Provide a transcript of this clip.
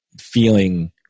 feeling